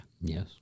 yes